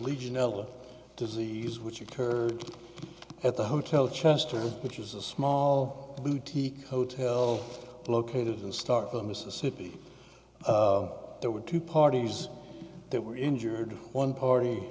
legionella disease which occurred at the hotel chester which is a small boutique hotel located in start the mississippi there were two parties that were injured one party